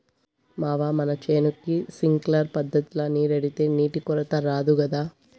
మావా మన చేనుకి సింక్లర్ పద్ధతిల నీరెడితే నీటి కొరత రాదు గదా